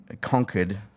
conquered